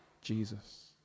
Jesus